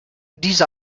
diese